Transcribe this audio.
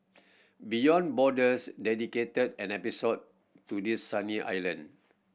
Beyond Borders dedicated an episode to this sunny island